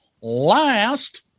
last